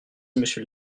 monsieur